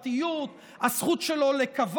הזכות שלו לפרטיות,